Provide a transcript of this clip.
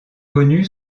connue